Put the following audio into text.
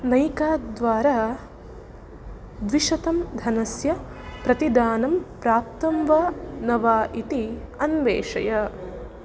नैका द्वारा द्विशतं धनस्य प्रतिदानं प्राप्तं वा न वा इति अन्वेषय